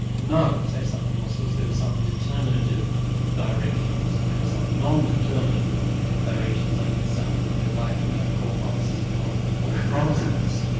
no, say some philosophers, there are some determinative directions and there are some non-determinative directions. i mean this sounds a little bit like you know core promises and um non-core promises.